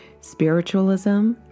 spiritualism